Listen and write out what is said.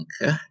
Okay